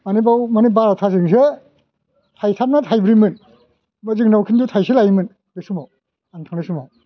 माने बेयाव माने बार'थाजोंसो थाइथाम ना थाइब्रैमोन होनबा जोंनाव खिन्तु थाइसे लायोमोन बे समाव आं थांनाय समाव